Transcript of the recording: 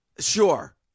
Sure